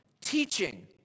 teaching